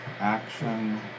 action